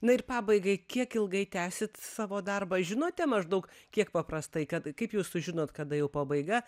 na ir pabaigai kiek ilgai tęsit savo darbą žinote maždaug kiek paprastai kad kaip jūs sužinot kada jau pabaiga